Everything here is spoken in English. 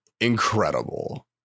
Incredible